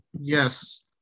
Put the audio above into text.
Yes